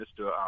Mr